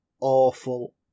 awful